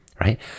Right